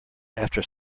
after